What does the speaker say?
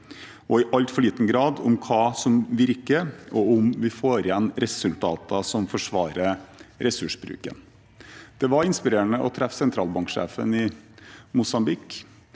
og i altfor liten grad av hva som virker, og om vi får resultater som forsvarer ressursbruken. Det var inspirerende å treffe sentralbanksjefen i Mosambik,